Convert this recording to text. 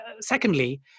secondly